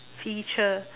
feature